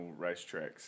racetracks